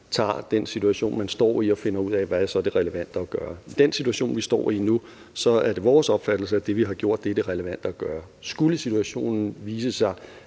tager den situation, man står i og finder ud af, hvad det relevante så er at gøre. I forhold til den situation, vi står i nu, er det vores opfattelse, at det, vi har gjort, er det relevante at gøre. Skulle situationen vise,